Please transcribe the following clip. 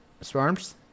swarms